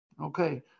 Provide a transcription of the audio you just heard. Okay